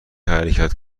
حرکت